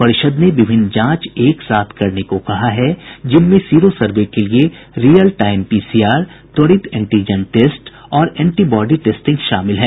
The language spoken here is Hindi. परिषद ने विभिन्न जांच एक साथ करने को कहा है जिनमें सीरो सर्वे के लिए रियल टाईम पीसीआर त्वरित एंटीजन टेस्ट और एंटीबॉडी टेस्टिंग शामिल है